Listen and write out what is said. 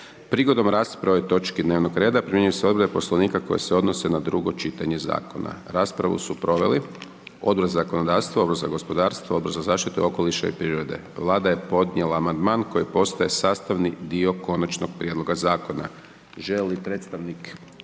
Prigodom rasprave o ovoj točki dnevnog reda primjenjuju se odredbe Poslovnika koje se odnose na drugo čitanje zakona. Raspravu su proveli Odbor za zakonodavstvo, Odbor za gospodarstvo, Odbor za zaštitu okoliša i prirod. Vlada je podnijela amandman koji postaje sastavni dio Konačnog prijedloga Zakona. Molio bih sada